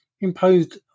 imposed